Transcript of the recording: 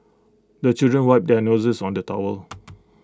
the children wipe their noses on the towel